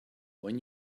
when